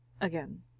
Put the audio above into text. again